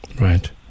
Right